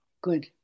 Good